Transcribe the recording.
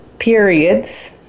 periods